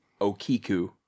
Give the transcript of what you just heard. Okiku